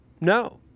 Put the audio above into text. No